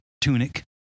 tunic